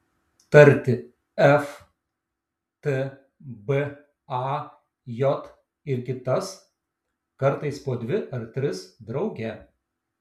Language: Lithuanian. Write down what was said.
tarti f t b a j ir kitas kartais po dvi ar tris drauge